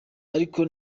ariko